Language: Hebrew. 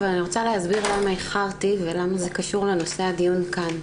אבל אני רוצה להסביר למה איחרתי ולמה זה קשור לנושא הדיון כאן.